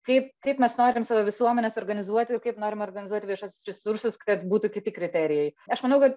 kaip kaip mes norim savo visuomenes organizuoti ir kaip norim organizuoti viešuosius resursus kad būtų kiti kriterijai aš manau kad